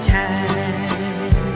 time